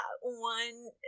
one